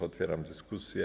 Otwieram dyskusję.